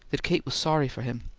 that kate was sorry for him.